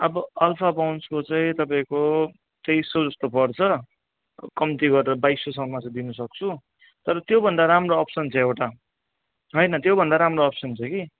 अब अल्फाबाउन्सको चाहिँ तपाईँको तेइस सय जस्तो पर्छ कम्ती गरेर बाइस सयसम्म चाहिँ दिनु सक्छु तर त्योभन्दा राम्रो अप्सन छ एउटा होइन त्यो भन्दा राम्रो अप्सन छ कि